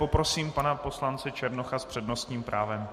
Poprosím tedy pana poslance Černocha s přednostním právem.